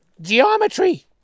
geometry